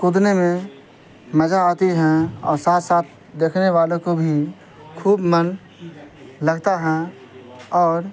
کودنے میں مزہ آتی ہیں اور ساتھ ساتھ دیکھنے والوں کو بھی خوب من لگتا ہیں اور